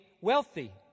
wealthy